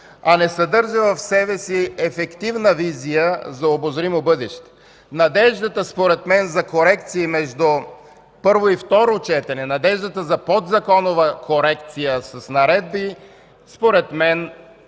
а не съдържа в себе си ефективна визия за обозримо бъдеще. Надеждата за корекции между първо и второ четене, надеждата за подзаконова корекция с наредби за